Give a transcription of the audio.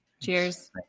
Cheers